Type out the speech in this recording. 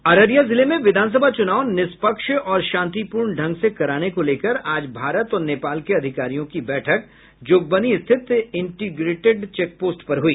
अररिया जिले में विधानसभा चुनाव निष्पक्ष और शांतिपूर्ण ढंग से कराने को लेकर आज भारत और नेपाल के अधिकारियों की बैठक जोगबनी स्थित इंटीग्रेटेड चेकपोस्ट पर हुई